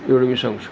एवढ मी सांगु शकतो